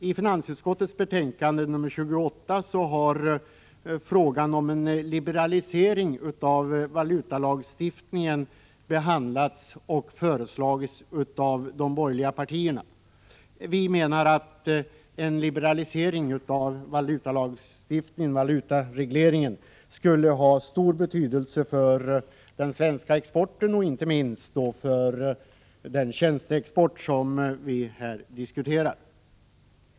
I finansutskottets betänkande 28 behandlades de borgerliga partiernas förslag om en liberalisering av valutalagstiftningen. Vi menar att en liberalisering av valutaregleringen skulle ha stor betydelse för den svenska exporten, inte minst för den tjänsteexport som vi här diskuterar.